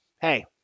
Hey